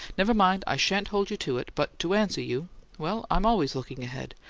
never mind, i shan't hold you to it. but to answer you well, i'm always looking ahead,